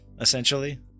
essentially